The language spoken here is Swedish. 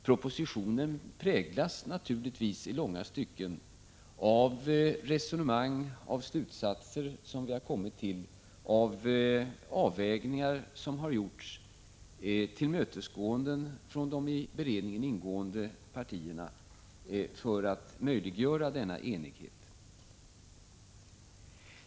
Propositionen präglas naturligtvis i långa stycken av resonemang som förts, av slutsatser som vi har kommit fram till, av avvägningar som gjorts och av tillmötesgåenden som visats från de i beredningen ingående partierna för att möjliggöra denna enighet.